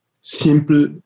simple